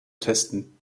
testen